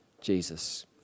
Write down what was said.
Jesus